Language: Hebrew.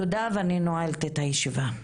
תודה ואני נועלת את הישיבה.